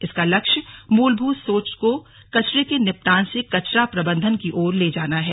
इसका लक्ष्य मूलभूत सोच को ष्कचरे के निपटानष् से ष्कचरा प्रबंधनष् की ओर ले जाना है